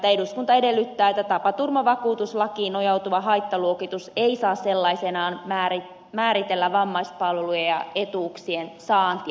eduskunta edellyttää että tapaturmavakuutuslakiin nojautuva haittaluokitus ei saa sellaisenaan määritellä vammaispalveluja ja etuuksien saantia